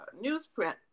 newsprint